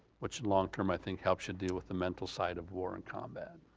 which long-term i think helps you deal with the mental side of war and combat.